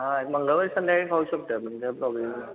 हा मंगळवारी संध्याकाळी खाऊ शकतो आपण काही प्रॉब्लेम